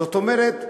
זאת אומרת,